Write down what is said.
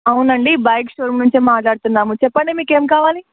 అవును ఆండీ bike store నుంచి మాట్లాడుతున్నాము చెప్పండి మీకు ఏమి కావాలి